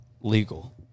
legal